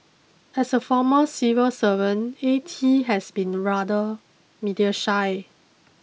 as a former civil servant A T has been rather media shy